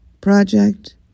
project